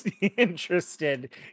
interested